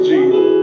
Jesus